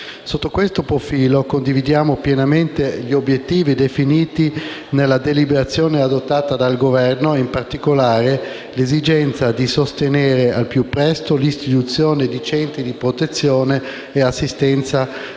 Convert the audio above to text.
Sotto questo profilo condividiamo pienamente gli obiettivi definiti nella deliberazione adottata dal Governo e in particolare l'esigenza di sostenere al più presto l'istituzione di centri di protezione e assistenza